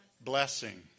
blessing